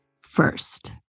first